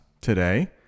today